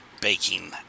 baking